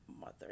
mother